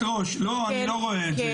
גברתי יושבת הראש, לא, אני לא רואה את זה.